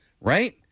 right